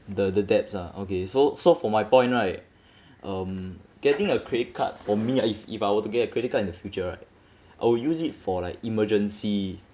the the debts ah okay so so for my point right um getting a credit card for me if if I were to get a credit card in the future right I will use it for like emergency